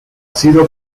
sido